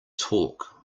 talk